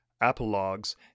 apologues